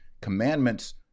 Commandments